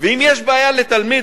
ואם יש בעיה לתלמיד,